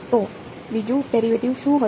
તો બીજું ડેરીવેટીવ શું હશે